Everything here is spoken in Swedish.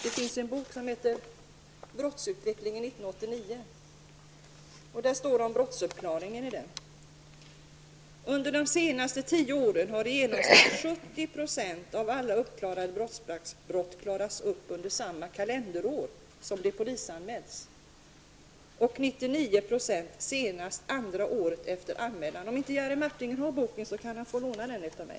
Det finns en bok som heter Brottsutveckling 1989, och där står det om brottsuppklaringen: ''Under de senaste tio åren har i genomsnitt 70 % av alla uppklarade brottsbalksbrott klarats upp under samma kalenderår som de polisanmälts och 99 % Martinger har boken, kan han få låna den av mig.